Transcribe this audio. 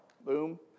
Boom